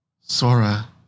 Sora